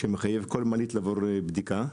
שמחייב כל מעלית לעבור בדיקה,